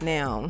Now